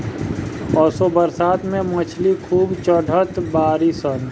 असो बरसात में मछरी खूब चढ़ल बाड़ी सन